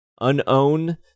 Unown